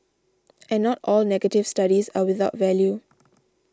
and not all negative studies are without value